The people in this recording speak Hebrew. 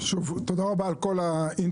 תודה רבה על כל האינפוטים.